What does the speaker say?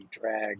drag